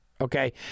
Okay